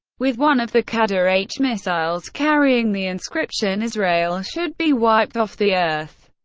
with one of the qadr h missiles carrying the inscription, israel should be wiped off the earth.